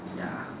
ya